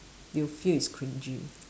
they will feel it's cringey